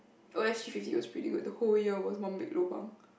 oh S G fifty was pretty good the whole year was one big lobang